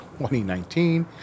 2019